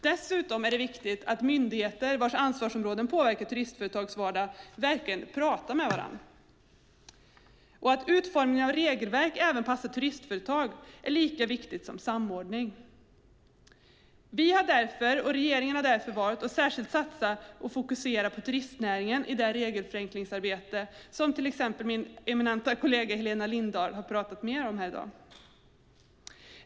Dessutom är det viktigt att myndigheter vars ansvarsområden påverkar turistföretags vardag verkligen pratar med varandra. Att utformningen av regelverk även passar turistföretag är lika viktigt som samordning. Vi och regeringen har därför valt att särskilt fokusera på turistnäringen i det regelförenklingsarbete som till exempel min eminenta kollega Helena Lindahl har pratat mer om här i dag.